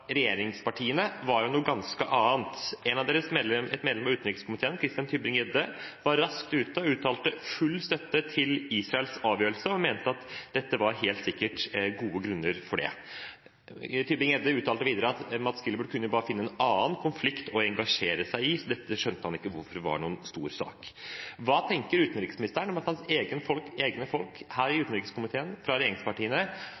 regjeringspartiene, var jo noe ganske annet. Et medlem av utenrikskomiteen, Christian Tybring-Gjedde, var raskt ute og uttalte full støtte til Israels avgjørelse, og mente at det helt sikkert var gode grunner for den. Tybring-Gjedde uttalte videre at Mads Gilbert jo bare kunne finne en annen konflikt å engasjere seg i, så han skjønte ikke hvorfor dette var noen stor sak. Hva tenker utenriksministeren om at hans egne folk her i